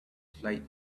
flight